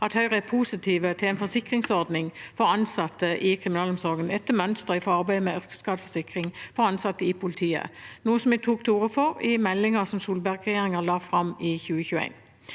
i Høyre er positive til en forsikringsordning for ansatte i kriminalomsorgen, etter mønster fra arbeidet med yrkesskadeforsikring for ansatte i politiet, noe vi tok til orde for i meldingen som Solberg-regjeringen la fram i 2021.